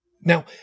Now